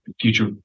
future